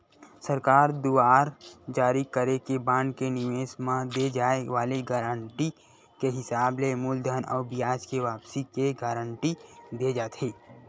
सरकार दुवार जारी करे के बांड के निवेस म दे जाय वाले गारंटी के हिसाब ले मूलधन अउ बियाज के वापसी के गांरटी देय जाथे